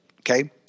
Okay